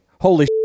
holy